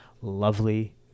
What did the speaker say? lovely